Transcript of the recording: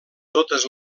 totes